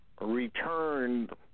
returned